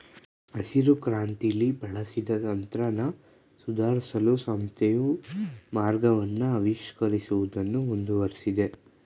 ಹಸಿರುಕ್ರಾಂತಿಲಿ ಬಳಸಿದ ತಂತ್ರನ ಸುಧಾರ್ಸಲು ಸಂಸ್ಥೆಯು ಮಾರ್ಗವನ್ನ ಆವಿಷ್ಕರಿಸುವುದನ್ನು ಮುಂದುವರ್ಸಿದೆ